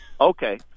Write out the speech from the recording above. Okay